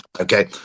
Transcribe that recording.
okay